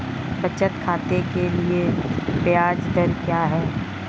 बचत खाते के लिए ब्याज दर क्या है?